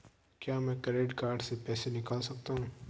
क्या मैं credit card से पैसे निकाल सकता हूँ?